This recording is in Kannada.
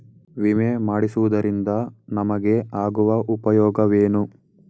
ವಿಮೆ ಮಾಡಿಸುವುದರಿಂದ ನಮಗೆ ಆಗುವ ಉಪಯೋಗವೇನು?